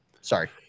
sorry